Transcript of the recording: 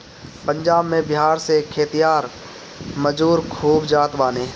पंजाब में बिहार से खेतिहर मजूर खूब जात बाने